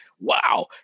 Wow